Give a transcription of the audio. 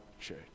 church